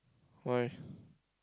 why